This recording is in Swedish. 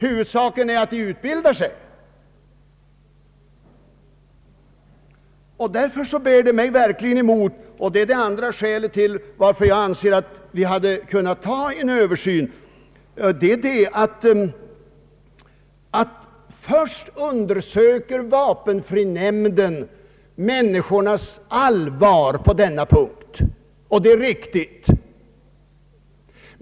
Huvudsaken är att de utbildar sig. Det andra skälet till att jag har ansett det vara nödvändigt med en översyn är följande. Först undersöker vapenfrinämnden människornas allvar på denna punkt. Det är riktigt.